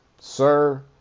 sir